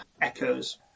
echoes